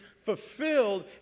fulfilled